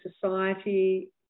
society